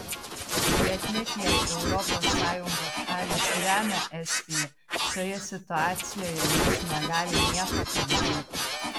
bet net jei europos sąjungos šalys remia estiją šioje situacijoje jos negali nieko padaryti